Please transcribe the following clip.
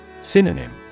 Synonym